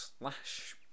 slash